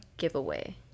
giveaway